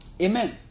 Amen